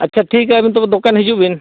ᱟᱪᱪᱷᱟ ᱴᱷᱤᱠᱟ ᱜᱮᱭᱟ ᱟᱹᱵᱤᱱ ᱛᱚᱵᱮ ᱫᱳᱠᱟᱱ ᱦᱤᱡᱩᱜ ᱵᱤᱱ